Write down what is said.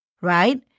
right